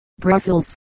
Brussels